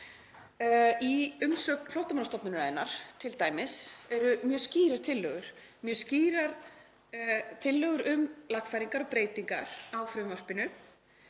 Í umsögn Flóttamannastofnunarinnar eru t.d. mjög skýrar tillögur um lagfæringar og breytingar á frumvarpinu.